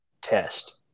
test